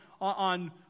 on